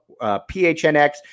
PHNX